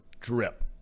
drip